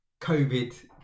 COVID